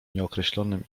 nieokreślonym